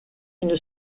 une